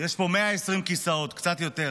יש בו 120 כיסאות, קצת יותר.